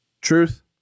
Truth